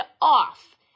off